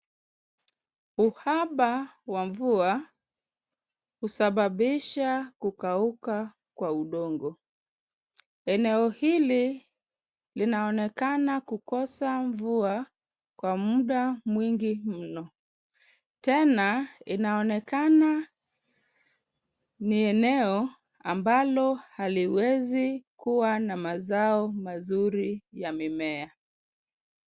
Uhaba wa mvua husababisha kukauka kwa udongo. Eneo hili linaonekana kukosa mvua kwa mda mwingi mno. Tena inaonekana ni eneo ambalo haliwezi kuwa na mazao mazuri ya mimea.